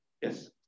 Yes